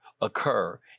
occur